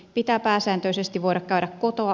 pitää pääsääntöisesti vodicar kotoa